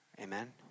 Amen